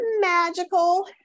magical